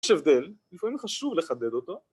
יש הבדל לפעמים חשוב לחדד אותו